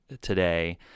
today